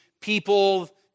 people